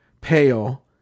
pale